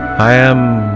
i am